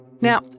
Now